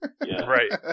Right